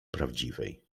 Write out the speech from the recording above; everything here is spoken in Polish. prawdziwej